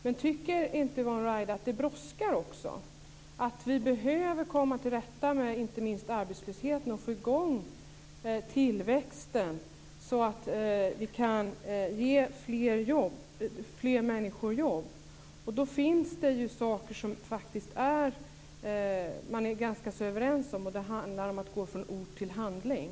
Men tycker inte Yvonne Ruwaida att det brådskar också, att vi behöver komma till rätta med inte minst arbetslösheten och få i gång tillväxten, så att vi kan ge fler människor jobb? Och då finns det ju saker som man faktiskt är ganska överens om, och det handlar om att gå från ord till handling.